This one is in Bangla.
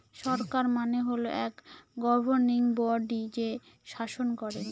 সরকার মানে হল এক গভর্নিং বডি যে শাসন করেন